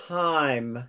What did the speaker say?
time